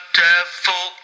devil